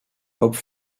hope